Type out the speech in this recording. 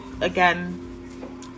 again